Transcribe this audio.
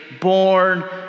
born